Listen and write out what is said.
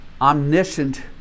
omniscient